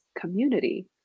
community